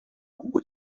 who